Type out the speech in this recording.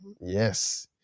Yes